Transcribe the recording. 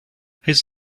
his